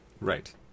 Right